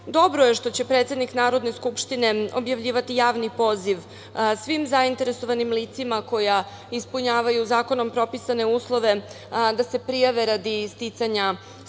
je što će predsednik Narodne skupštine objavljivati javni poziv svim zainteresovanim licima koja ispunjavaju zakonom propisane uslove da se prijave radi sticanja